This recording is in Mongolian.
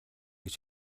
гэж